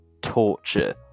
torture